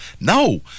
No